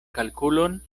kalkulon